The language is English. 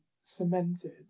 cemented